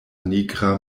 nigra